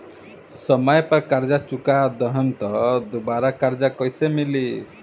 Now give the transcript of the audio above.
समय पर कर्जा चुका दहम त दुबाराकर्जा कइसे मिली?